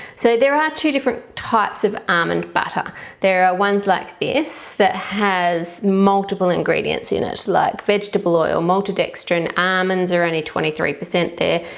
so there are two different types of almond butter there are ones like this that has multiple ingredients in it like vegetable oil malted extra and almonds are only twenty three percent there,